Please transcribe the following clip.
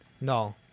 No